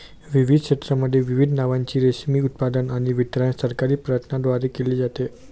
विविध क्षेत्रांमध्ये विविध नावांनी रेशीमचे उत्पादन आणि वितरण सरकारी प्रयत्नांद्वारे केले जाते